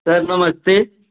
sir नमस्ते